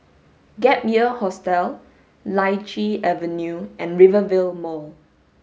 Gap Year Hostel Lichi Avenue and Rivervale Mall